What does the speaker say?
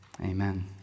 Amen